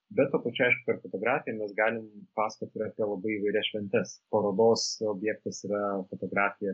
bet tuo pačiu aišku ir fotografija mes galim pasakoti ir apie labai įvairias šventes parodos objektas yra fotografija